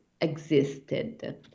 existed